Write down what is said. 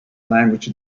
language